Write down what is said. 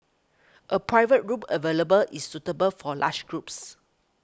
a private room available is suitable for large groups